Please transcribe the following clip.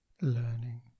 learning